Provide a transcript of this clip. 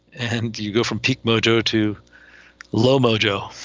and you go from peak mojo to low mojo.